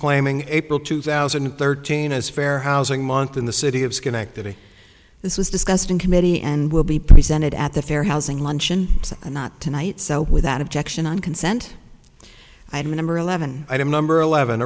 proclaiming april two thousand and thirteen as fair housing month in the city of schenectady this was discussed in committee and will be presented at the fair housing luncheon and not to night so without objection and consent i do number eleven item number eleven